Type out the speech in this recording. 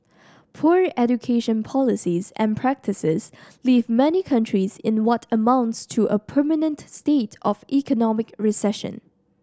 poor education policies and practices leave many countries in what amounts to a permanent state of economic recession